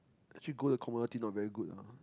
actually gold the commodity not very good ah